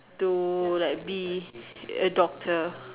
to like be a doctor